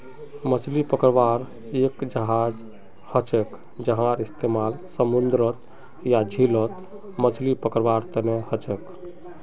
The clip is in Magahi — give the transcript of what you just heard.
मछली पकड़वार एक जहाज हछेक जहार इस्तेमाल समूंदरत या झीलत मछली पकड़वार तने हछेक